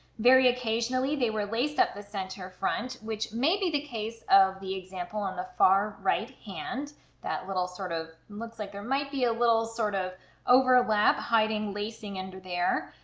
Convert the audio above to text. very occasionally they were laced up the center front which may be the case of the example on the far right hand that little sort of looks like there might be a little sort of overlap hiding lacing under there,